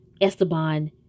Esteban